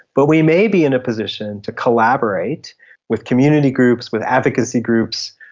but we may be in a position to collaborate with community groups, with advocacy groups,